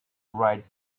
write